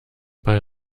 bei